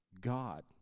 God